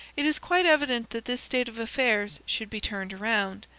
it is quite evident that this state of affairs should be turned around,